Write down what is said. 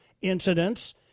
incidents